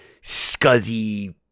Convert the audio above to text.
scuzzy